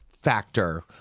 Factor